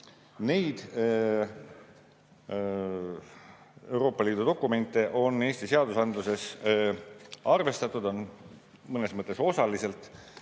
Neid Euroopa Liidu dokumente on Eesti seadustes arvestatud, mõnes mõttes osaliselt.